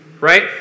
Right